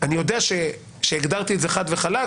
אני יודע שהגדרתי את זה חד וחלק,